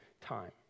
time